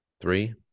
three